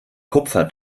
kupfer